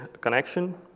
connection